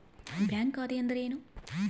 Bank ಖಾತೆ ಅಂದರೆ ಏನು?